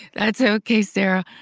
that's okay, sarah.